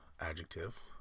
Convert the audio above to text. adjective